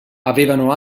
avevano